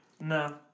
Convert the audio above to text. no